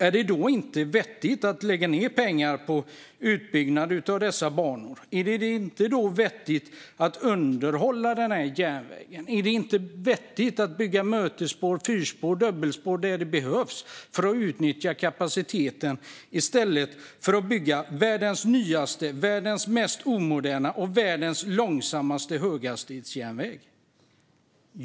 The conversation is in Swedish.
Är det då inte vettigt att lägga ned pengar på utbyggnad av dessa banor? Är det då inte vettigt att underhålla den järnvägen? Är det inte vettigt att bygga mötesspår, fyrspår och dubbelspår där det behövs för att utnyttja kapaciteten i stället för att bygga världens nyaste, världens mest omoderna och världens långsammaste höghastighetsjärnväg?